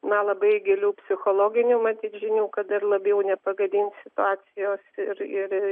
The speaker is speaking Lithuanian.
na labai gilių psichologinių matyt žinių kad dar labiau nepagadint situacijos ir ir